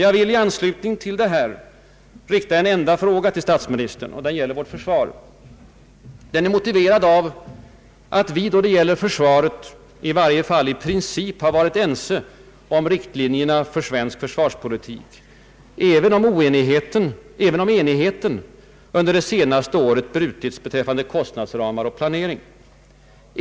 Jag vill i anslutning härtill rikta en enda fråga till statsministern. Den gäller vårt försvar och är motiverad av att vi i varje fall i princip har varit ense om riktlinjerna för svensk försvarspolitik, även om enigheten under de senaste åren brutits beträffande kostnadsramar och planering.